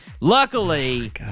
Luckily